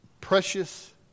precious